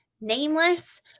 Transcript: nameless